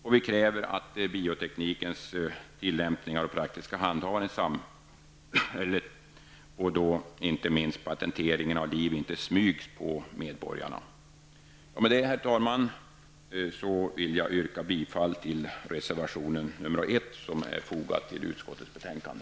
Vidare kräver vi att bioteknikens tillämpningar och inte minst patentering inte smygs på medborgarna. Med det, herr talman, yrkar jag bifall till reservation 1 som är fogad till utskottets betänkande.